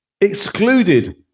excluded